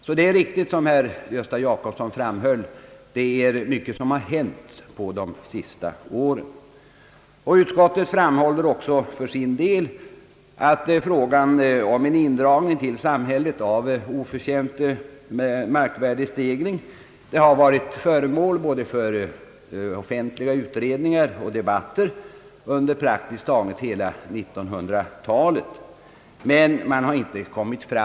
Så det är riktigt, som herr Gösta Jacobsson framhöll, att det måste vara mycket som hänt de senaste åren. Utskottet framhåller också för sin del att frågan om en indragning till samhället av oförtjänt markvärdestegring har varit föremål för både offentliga utredningar och debatter under praktiskt taget hela 1900-talet.